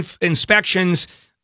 inspections